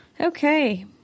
Okay